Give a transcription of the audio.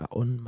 on